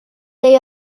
they